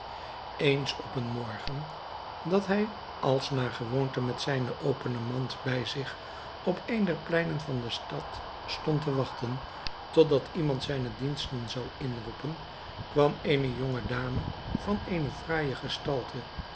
eens op een morgen dat hij als naar gewoonte met zijne opene mand bij zich op een der pleinen van de stad stond te wachten tot dat iemand zijne diensten zou inroepen kwam eene jonge dame van eene fraaije gestalte